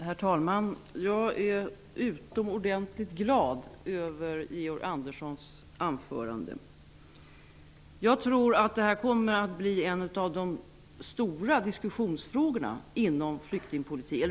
Herr talman! Jag är utomordentligt glad över Georg Anderssons anförande. Jag tror att de frågor han tog upp kommer att tillhöra de större diskussionsfrågorna inom flyktingpolitiken.